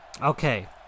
okay